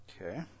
Okay